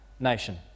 nation